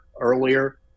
earlier